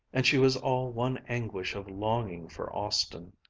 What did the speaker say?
and she was all one anguish of longing for austin.